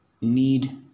need